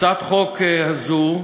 הצעת חוק זו,